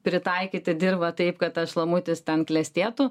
pritaikyti dirvą taip kad tas šlamutis ten klestėtų